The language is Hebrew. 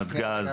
נתג״ז,